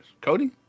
Cody